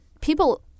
people